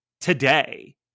today